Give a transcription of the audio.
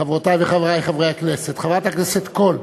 חברותי וחברי חברי הכנסת, חברת הכנסת קול,